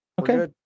Okay